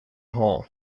hall